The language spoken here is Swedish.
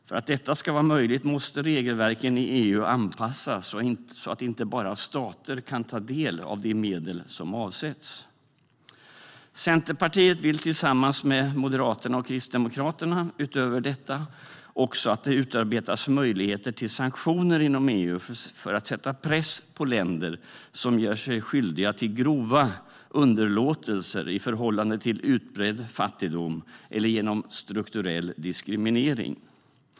För att detta ska vara möjligt måste regelverken i EU anpassas så att inte bara stater kan ta del av de medel som avsätts. Centerpartiet vill tillsammans med Moderaterna och Kristdemokraterna utöver detta också att det utarbetas möjligheter till sanktioner inom EU för att sätta press på länder som gör sig skyldiga till grova underlåtelser i förhållande till utbredd fattigdom eller genom strukturell diskriminering.